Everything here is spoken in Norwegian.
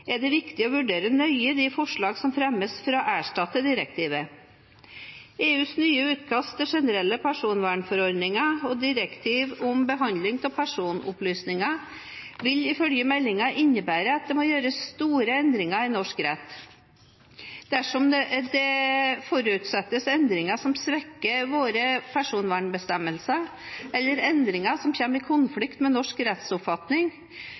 er det viktig å vurdere nøye de forslag som fremmes for å erstatte direktivet. EUs nye utkast til generell personvernforordning og direktiv om behandling av personopplysninger vil ifølge meldingen innebære at det må gjøres store endringer i norsk rett. Dersom det forutsettes endringer som svekker våre personvernbestemmelser, eller endringene kommer i konflikt med norsk rettsoppfatning,